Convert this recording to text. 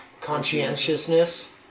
conscientiousness